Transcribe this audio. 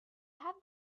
have